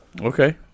Okay